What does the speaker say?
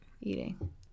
eating